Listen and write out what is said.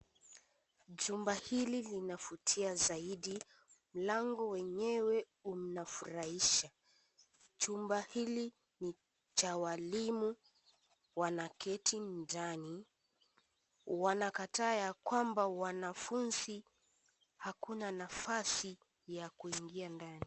Jumba hili lina vutia zaidi. Mlango wenyewe unafurahisha. Chumba hili ni cha walimu, wanaketi ndani. Wanakataa ya kwamba wanafunzi, hakuna nafasi ya kuingia ndani.